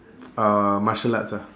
uh martial arts ah